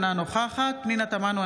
אינה נוכחת פנינה תמנו,